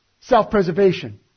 self-preservation